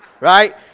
right